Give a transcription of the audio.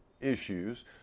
issues